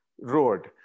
road